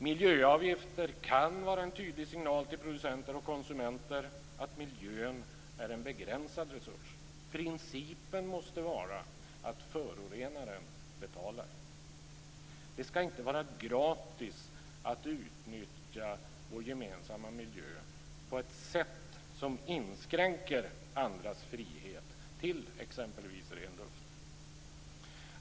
Miljöavgifter kan vara en tydlig signal till producenter och konsumenter att miljön är en begränsad resurs. Principen måste vara att förorenare betalar. Det skall inte vara gratis att utnyttja vår gemensamma miljö på ett sätt som inskränker andras frihet till exempelvis ren luft.